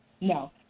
No